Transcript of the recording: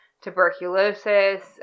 tuberculosis